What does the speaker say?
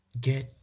get